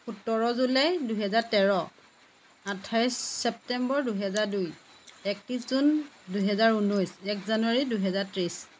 সোতৰ জুলাই দুহেজাৰ তেৰ আঠাইছ ছেপ্টেম্বৰ দুহেজাৰ দুই একত্ৰিছ জুন দুহেজাৰ ঊনৈছ এক জানুৱাৰী দুহেজাৰ ত্ৰিছ